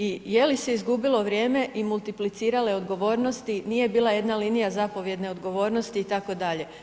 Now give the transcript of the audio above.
I je li se izgubilo vrijeme i multiplicirale odgovornosti, nije bila jedna linija zapovjedne odgovornosti itd.